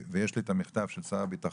ויש לי את המכתב של שר הביטחון,